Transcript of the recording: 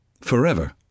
Forever